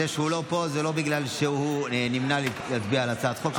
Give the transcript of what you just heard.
זה שהוא לא פה זה לא בגלל שהוא נמנע להצביע על הצעת חוק שלך.